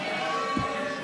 הוועדה.